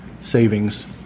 savings